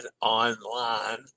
online